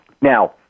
Now